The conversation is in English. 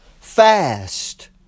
fast